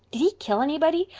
did he kill anybody?